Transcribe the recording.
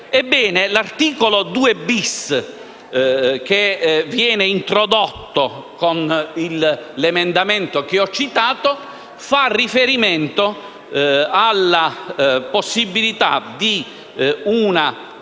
l'articolo 2-*bis*, che viene introdotto con l'emendamento che ho citato, fa riferimento alla possibilità di una